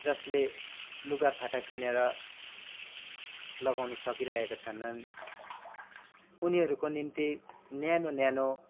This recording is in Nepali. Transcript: जस्ले लुगाफाटा किनेर लगाउन सकिरहेका छैनन् उनीहरूको निम्ति न्यानो न्यानो